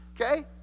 Okay